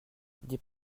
des